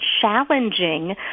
challenging